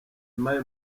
mayi